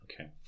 Okay